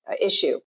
issue